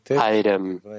Item